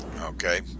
Okay